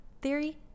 theory